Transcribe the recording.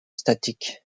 statique